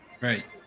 Right